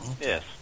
Yes